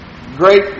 great